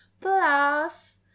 Plus